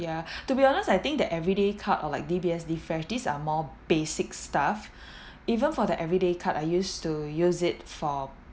ya to be honest I think that everyday card or like D_B_S live fresh these are more basic stuff even for the everyday card I used to use it for